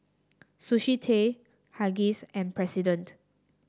Sushi Tei Huggies and President